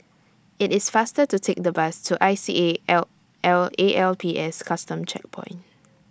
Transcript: IT IS faster to Take The Bus to I C A L L A L P S Custom Checkpoint